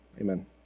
Amen